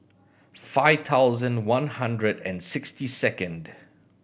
five thousand one hundred and sixty second